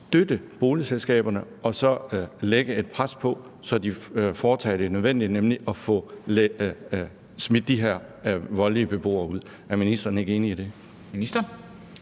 støtte boligselskaberne og lægge et pres på dem, så de foretager det nødvendige, nemlig at få smidt de her voldelige beboere ud. Er ministeren ikke enig i det?